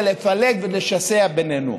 זה לפלג ולשסע בינינו,